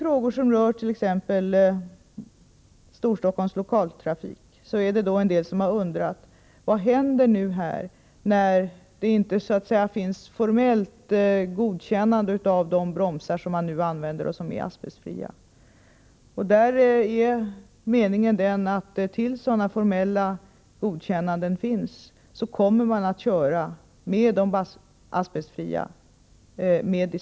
Beträffande t.ex. Storstockholms Lokaltrafik är det somliga som undrar vad som kommer att hända nu när det inte så att säga finns formellt godkännande av de bromsar som används och som är asbestfria. Där är det meningen att man tills ett sådant formellt godkännande finns kommer att med dispens fortsätta med de asbestfria bromsarna.